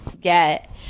get